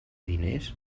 diners